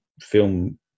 film